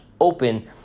open